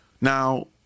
Now